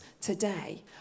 today